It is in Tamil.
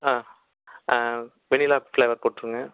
ஆ வெண்ணிலா ஃப்ளேவர் போட்டிருங்க